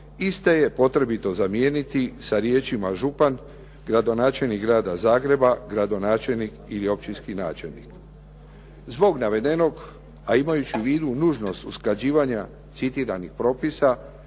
iste je potrebito zamijeniti sa riječima: "župan, gradonačelnik Grada Zagreba, gradonačelnik ili općinski načelnik". Zbog navedenog a imajući u vidu nužnost usklađivanja citiranih propisa